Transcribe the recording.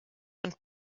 und